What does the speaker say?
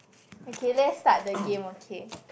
okay let's start the game okay